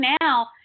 now